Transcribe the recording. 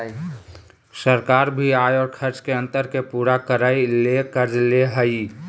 सरकार भी आय और खर्च के अंतर के पूरा करय ले कर्ज ले हइ